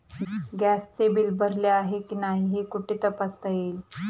गॅसचे बिल भरले आहे की नाही हे कुठे तपासता येईल?